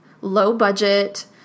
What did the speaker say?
low-budget